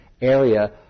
area